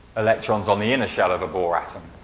electrons on the inner shell of a bohr atom.